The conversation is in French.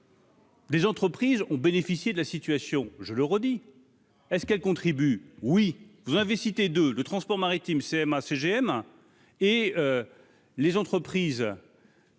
Des entreprises ont bénéficié de la situation, je le redis est-ce qu'elle contribue oui, vous avez cité de le transport maritime CMA CGM et les entreprises.